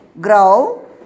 grow